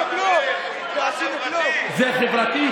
זה חברתי?